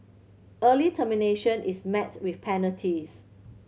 early termination is met with penalties